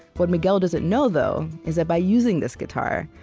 what miguel doesn't know, though, is that by using this guitar,